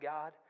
God